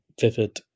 vivid